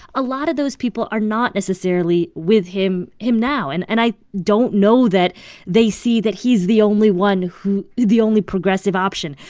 a lot of those people are not necessarily with him him now. and and i don't know that they see that he's the only one who the only progressive option.